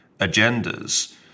agendas